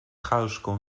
halszką